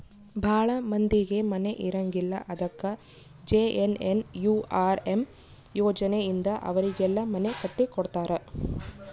ಭಾಳ ಮಂದಿಗೆ ಮನೆ ಇರಂಗಿಲ್ಲ ಅದಕ ಜೆ.ಎನ್.ಎನ್.ಯು.ಆರ್.ಎಮ್ ಯೋಜನೆ ಇಂದ ಅವರಿಗೆಲ್ಲ ಮನೆ ಕಟ್ಟಿ ಕೊಡ್ತಾರ